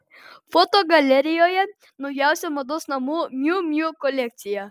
fotogalerijoje naujausia mados namų miu miu kolekcija